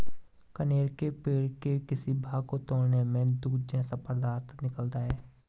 कनेर के पेड़ के किसी भाग को तोड़ने में दूध जैसा पदार्थ निकलता है